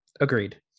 Agreed